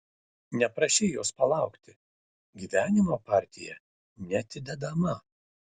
neprašei jos palaukti gyvenimo partija neatidedama